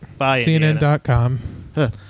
CNN.com